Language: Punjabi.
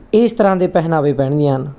ਇਸ ਤਰ੍ਹਾਂ ਦੇ ਪਹਿਰਾਵੇ ਪਹਿਨਦੀਆਂ ਹਨ